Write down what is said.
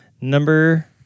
number